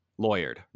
Lawyered